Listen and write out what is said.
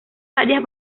varias